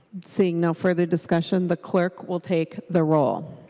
seeing no further discussion the clerk will take the roll.